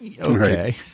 okay